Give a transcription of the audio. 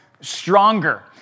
Stronger